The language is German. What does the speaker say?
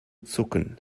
zucken